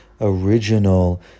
original